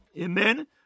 Amen